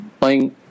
playing